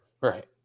Right